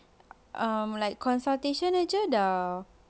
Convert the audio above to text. um like consultation dia sahaja dah